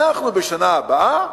אנחנו בשנה הבאה,